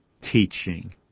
teaching